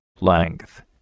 Length